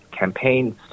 campaigns